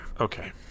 Okay